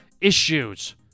issues